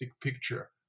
picture